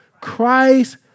Christ